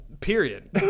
Period